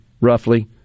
roughly